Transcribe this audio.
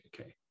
Okay